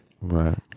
Right